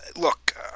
look